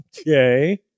Okay